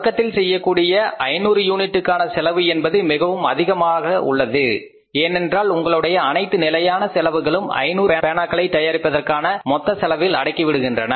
தொடக்கத்தில் செய்யக்கூடிய 500 யூனிட்டுகளுக்கான செலவு என்பது மிகவும் அதிகமாக உள்ளது ஏனென்றால் உங்களுடைய அனைத்து நிலையான செலவுகளும் 500 பேனாக்களை தயாரிப்பதற்கான மொத்த செலவில் அடங்கிவிடுகின்றன